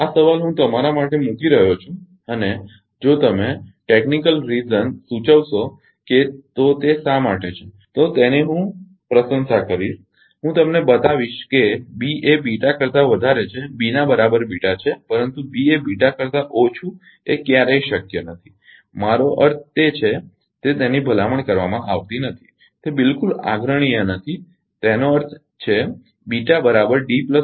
આ સવાલ હું તમારા માટે મુકી રહ્યો છું અને જો તમે તકનીકી કારણટેકનીકલ રિઝ્ન સૂચવશો કે તો તે શા માટે છે તેની હું કદરપ્રશંસા કરીશ હું તમને બતાવીશ કે B એ કરતા વધારે છે B ના બરાબર છે પરંતુ B એ કરતા ઓછું એ ક્યારેય શક્ય નથી મારો અર્થ તે છે તેની ભલામણ કરવામાં આવતી નથી તે બિલકુલ આગ્રહણીય નથી તેનો અર્થ છે પર બરાબર